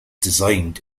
designed